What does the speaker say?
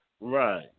Right